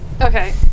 Okay